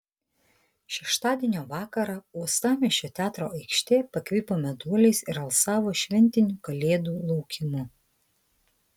šeštadienio vakarą uostamiesčio teatro aikštė pakvipo meduoliais ir alsavo šventiniu kalėdų laukimu